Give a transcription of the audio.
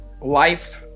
life